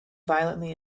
violently